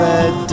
Red